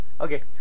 Okay